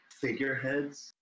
figureheads